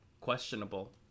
Questionable